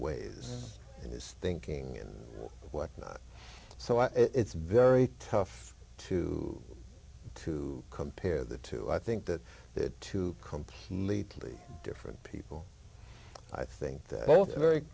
ways and his thinking and whatnot so i it's very tough to to compare the two i think that the two completely different people i think that